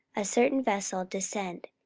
a certain vessel descend,